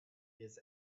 his